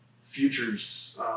futures